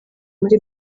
muri